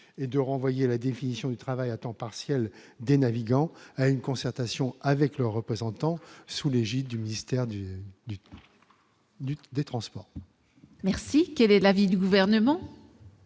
et de renvoyer la définition du travail à temps partiel des navigants à une concertation avec leurs représentants, sous l'égide du ministère des transports. Quel est l'avis du Gouvernement ?